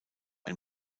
ein